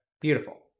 Beautiful